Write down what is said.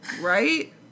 right